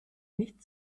nicht